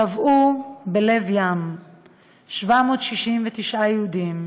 טבעו בלב ים 769 יהודים,